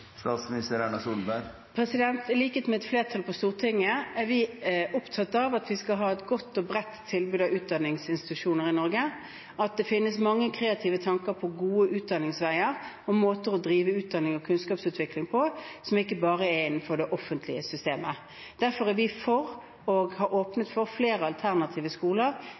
I likhet med et flertall på Stortinget er vi opptatt av at vi skal ha et godt og bredt tilbud av utdanningsinstitusjoner i Norge, og det finnes mange kreative tanker om gode utdanningsveier og måter å drive utdanning og kunnskapsutvikling på, som ikke bare er innenfor det offentlige systemet. Derfor er vi for og har åpnet for flere alternative skoler